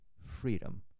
freedom